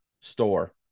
Store